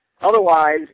Otherwise